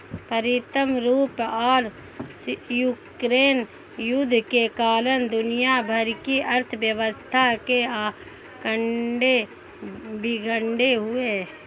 प्रीतम रूस और यूक्रेन युद्ध के कारण दुनिया भर की अर्थव्यवस्था के आंकड़े बिगड़े हुए